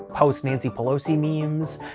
post nancy pelosi memes,